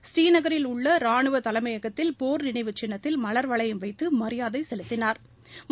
ஸ்ரீநகரில் உள்ள குடியரசு ரானுவ தலைமையகத்தில் போர் நினைவு சின்னத்தில் மலர்வளையம் வைத்து மரியாதை செலுத்தினாா்